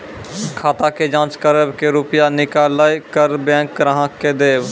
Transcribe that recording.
खाता के जाँच करेब के रुपिया निकैलक करऽ बैंक ग्राहक के देब?